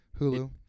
Hulu